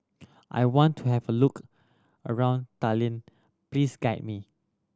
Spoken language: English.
I want to have a look around Tallinn please guide me